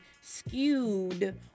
skewed